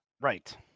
Right